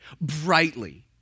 brightly